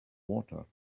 water